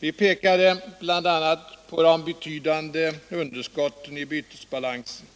Vi pekade bl.a. på de betydande underskotten i bytesbalansen,